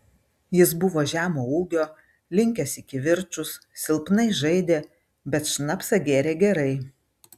jis buvo žemo ūgio linkęs į kivirčus silpnai žaidė bet šnapsą gėrė gerai